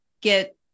get